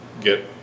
get